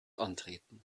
antreten